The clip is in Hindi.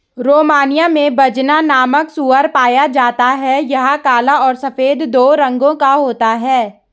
रोमानिया में बजना नामक सूअर पाया जाता है यह काला और सफेद दो रंगो का होता है